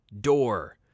door